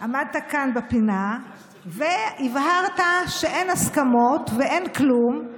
עמדת כאן בפינה והבהרת שאין הסכמות ואין כלום,